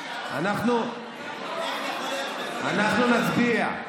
אנחנו, תגיד, איך יכול להיות, אנחנו נצביע.